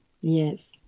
yes